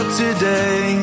today